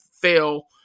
fail